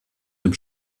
dem